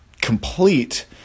complete